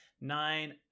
Nine